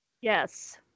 Yes